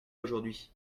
aujourd’hui